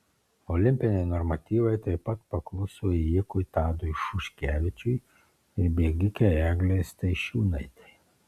olimpiniai normatyvai taip pat pakluso ėjikui tadui šuškevičiui ir bėgikei eglei staišiūnaitei